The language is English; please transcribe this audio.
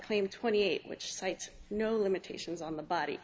claim twenty eight which cites no limitations on the body